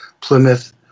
Plymouth